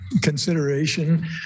consideration